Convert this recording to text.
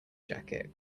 jacket